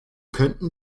könnten